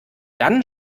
dann